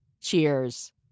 Cheers